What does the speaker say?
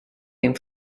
din